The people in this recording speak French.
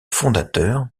fondateurs